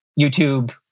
YouTube